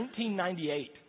1998